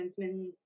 defenseman